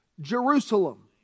Jerusalem